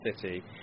City